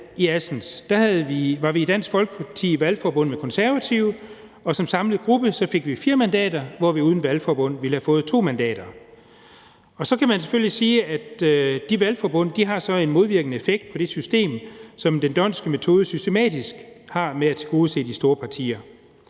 i Assens var vi i Dansk Folkeparti i valgforbund med Konservative, og som samlet gruppe fik vi fire mandater, hvor vi uden valgforbund ville have fået to mandater. Så kan man selvfølgelig sige, at de valgforbund så har en modvirkende effekt på det system, som den d'Hondtske metode systematisk har med at tilgodese de store partier.